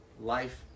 life